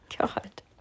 God